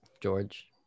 George